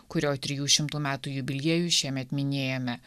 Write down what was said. kurio trijų šimtų metų jubiliejų šiemet minėjome